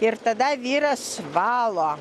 ir tada vyras valo